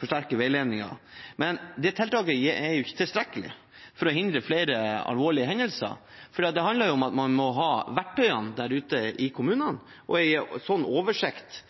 forsterke veiledningen, men det tiltaket er jo ikke tilstrekkelig for å hindre flere alvorlige hendelser, for det handler om at man må ha verktøyene der ute i kommunene, og en slik oversikt